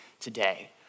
today